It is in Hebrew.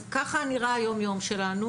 אז ככה נראה היום-יום שלנו,